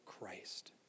Christ